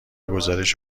گزارش